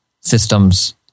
systems